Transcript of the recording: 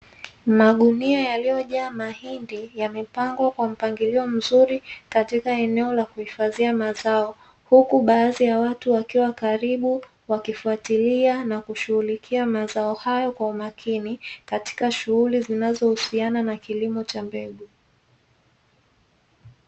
Magunia yaliyojaa mahindi yamepangwa kwa mpangilio mzuri katika eneo la kuhifadhia mazao, huku baadhi ya watu wakiwa karibu wakifuatilia na kushughulikia mazao hayo kwa umakini katika shughuli zinazohusiana na kilimo cha mbegu.